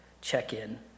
check-in